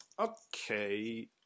Okay